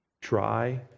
try